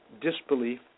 disbelief